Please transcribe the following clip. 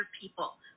people